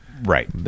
Right